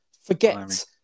Forget